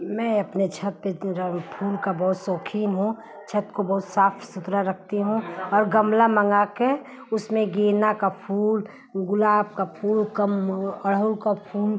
मैं अपने छत पर फूल का बहुत शौक़ीन हूँ छत को बहुत साफ सुथरा रखती हूँ और गमला मँगा कर उसमें गेंदा का फूल गुलाब का फूल कम अड़हुल का फूल